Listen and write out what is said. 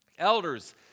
Elders